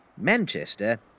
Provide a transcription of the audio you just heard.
Manchester